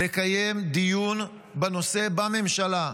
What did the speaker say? לקיים דיון בנושא בממשלה,